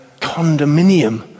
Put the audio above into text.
condominium